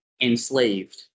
enslaved